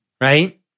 right